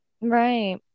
Right